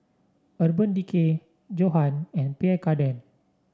Urban Decay Johan and Pierre Cardin